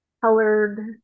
colored